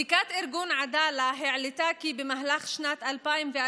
בדיקת ארגון עדאלה העלתה כי במהלך שנת 2014